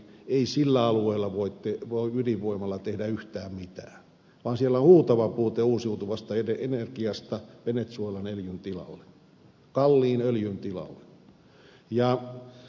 ei sillä alueella voi ydinvoimalla tehdä yhtään mitään vaan siellä on huutava puute uusiutuvasta energiasta venezuelan öljyn tilalle kalliin öljyn tilalle